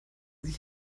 sich